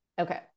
Okay